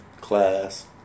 class